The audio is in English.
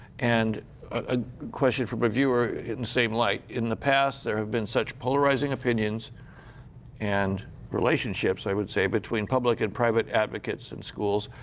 and ah question from a viewer in the same light. in the past, there have been such polarizing opinions and relationships, i would say, between public and private advocates in schools,